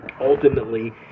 Ultimately